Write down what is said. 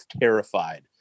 terrified